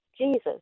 Jesus